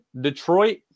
Detroit